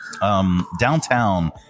Downtown